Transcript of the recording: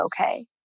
okay